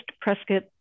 Prescott